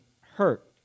hurt